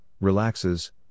relaxes